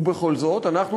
ובכל זאת אנחנו,